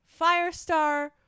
Firestar